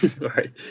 right